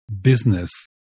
business